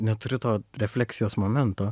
neturi to refleksijos momento